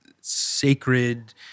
sacred